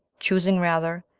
choosing rather,